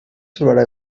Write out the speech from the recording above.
sobre